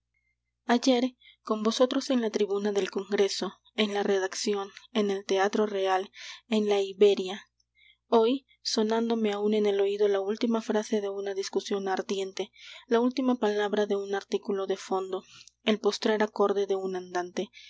ayer con vosotros en la tribuna del congreso en la redacción en el teatro real en la iberia hoy sonándome aún en el oído la última frase de una discusión ardiente la última palabra de un artículo de fondo el postrer acorde de un andante